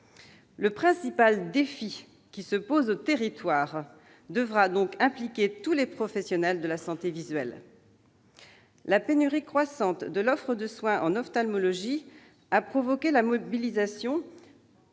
le principal défi qui se pose aux territoires supposera d'impliquer tous les professionnels de la santé visuelle. La pénurie croissante de l'offre de soins en ophtalmologie a provoqué la mobilisation